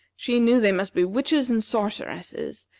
she knew they must be witches and sorceresses,